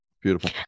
beautiful